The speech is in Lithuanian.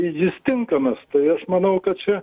jis tinkamas tai aš manau kad čia